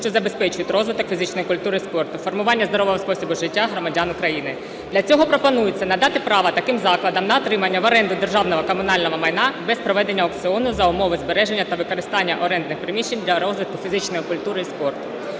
що забезпечують розвиток фізичної культури і спорту, формування здорового способу життя громадян України. Для цього пропонується надати право таким закладам на отримання в оренду державного комунального майна без проведення аукціону за умови збереження та використання орендних приміщень для розвитку фізичної культури і спорту.